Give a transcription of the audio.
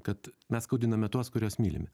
kad mes skaudiname tuos kuriuos mylime